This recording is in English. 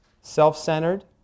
self-centered